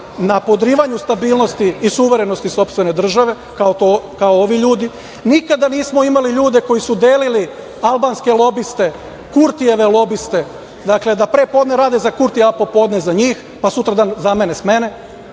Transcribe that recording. na podrivanju stabilnosti i suverenosti sopstvene države, kao ovi ljudi, nikada nismo imali ljude koji su delili albanske lobiste, Kurtijeve lobiste, dakle, da prepodne rade za Kurtija, a popodne za njih, pa sutradan zamene smene,